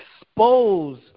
expose